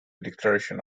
declaration